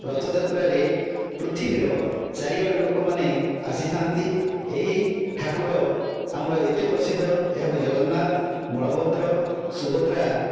ରଥଯାତ୍ରାରେ ପୃଥିବୀର ଚାରିଆଡ଼ୁ ଲୋକମାନେ ଆସିଥାନ୍ତି ଏହି ଠାକୁର ଆମର ଏତେ ପ୍ରସିଦ୍ଧ ଏହାକୁ ଜଗନ୍ନାଥ ବଳଭଦ୍ର ସୁଭଦ୍ରା